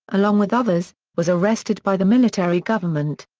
along with others, was arrested by the military government.